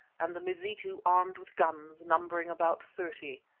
and the mazitu armed with guns, numbering about thirty,